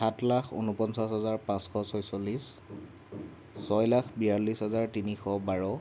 সাত লাখ ঊনপঞ্চাছ হাজাৰ পাঁচশ ছয়চল্লিছ ছয় লাখ বিয়াল্লিছ হাজাৰ তিনিশ বাৰ